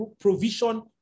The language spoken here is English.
provision